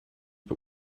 but